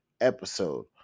episode